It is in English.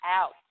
out